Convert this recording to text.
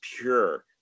pure